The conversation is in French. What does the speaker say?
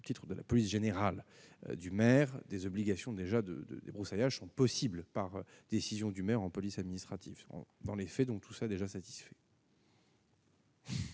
de la police générale du maire des obligations déjà de débroussaillage sont possibles, par décision du maire en police administrative dans les faits, donc tout ça déjà satisfait.